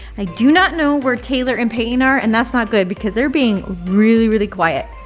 i do not know where taylor and peyton are and that's not good because they're being really, really quiet.